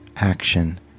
action